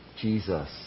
Jesus